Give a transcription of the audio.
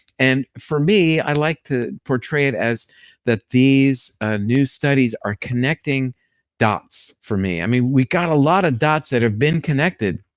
and for me, i like to portray it as that these new studies are connecting dots for me. i mean, we've got a lot of dots that have been connected,